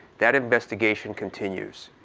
that investigation continues.